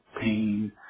pain